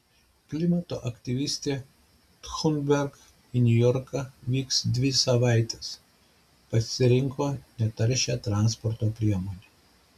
klimato aktyvistė thunberg į niujorką vyks dvi savaites pasirinko netaršią transporto priemonę